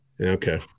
Okay